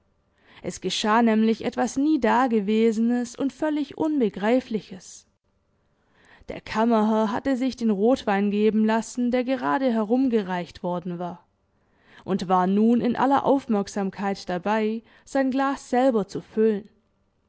es geschah nämlich etwas nie dagewesenes und völlig unbegreifliches der kammerherr hatte sich den rotwein geben lassen der gerade herumgereicht worden war und war nun in aller aufmerksamkeit dabei sein glas selber zu füllen